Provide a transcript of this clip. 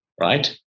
right